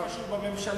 השר הכי חשוב בממשלה.